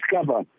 discover